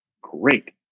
great